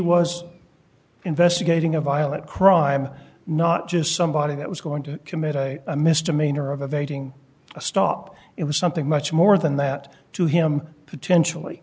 was investigating a violent crime not just somebody that was going to commit a misdemeanor of evading a stop it was something much more than that to him potentially